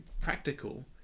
practical